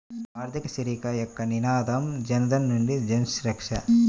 ఆర్థిక చేరిక యొక్క నినాదం జనధన్ నుండి జన్సురక్ష